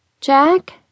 Jack